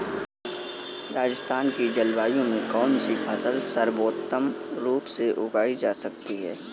राजस्थान की जलवायु में कौन कौनसी फसलें सर्वोत्तम रूप से उगाई जा सकती हैं?